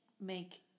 make